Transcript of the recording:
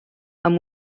amb